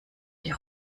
die